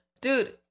Dude